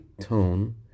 tone